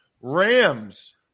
Rams